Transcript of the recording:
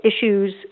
issues